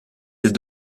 des